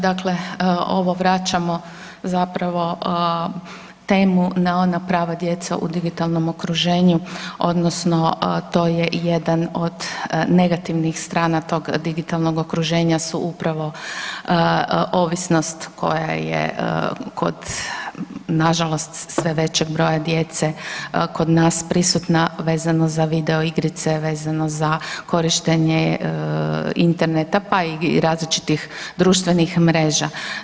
Dakle, ovo vračamo zapravo temu na ona prava djece u digitalnom okruženju odnosno to je jedan od negativnih strana tog digitalnog okruženja su upravo ovisnost koja je kod na žalost sve većeg broja djece kod nas prisutna vezano za video igrice, vezano za korištenje interneta, pa i različitih društvenih mreža.